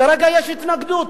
כרגע יש התנגדות.